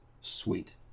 Sweet